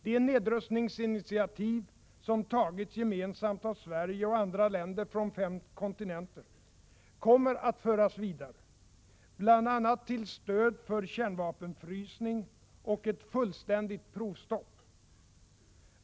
De nedrustningsinitiativ som tagits gemensamt av Sverige och andra länder från fem kontinenter kommer att föras vidare, bl.a. till stöd för kärnvapenfrysning och ett fullständigt provstopp.